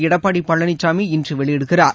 எடப்பாடி பழனிசாமி இன்று வெளியிடுகிறார்